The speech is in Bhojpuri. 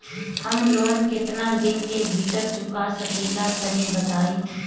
हम लोन केतना दिन के भीतर चुका सकिला तनि बताईं?